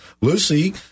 Lucy